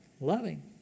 Loving